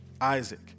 Isaac